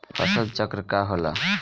फसल चक्र का होला?